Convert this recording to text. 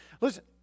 Listen